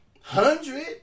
hundred